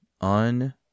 on